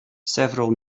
several